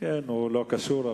הוא לא קשור,